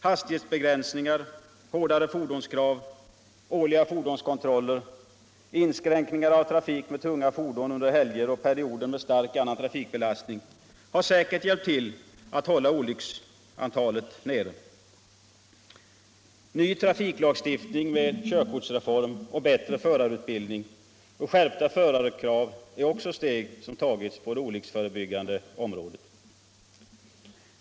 Hastighetsbegränsningar, hårdare fordonskrav, årliga fordonskontroller, inskränkningar av trafik med tunga fordon under helger och perioder med stark annan trafikbelastning har säkert hjälpt till att hålla olycksantalet nere. Ny trafiklagstiftning med körkortsreform, bättre förarutbildning och skärpta förarkrav är också steg som tagits på det olycksförebyggande området.